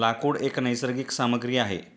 लाकूड एक नैसर्गिक सामग्री आहे